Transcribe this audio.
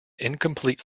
incomplete